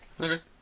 Okay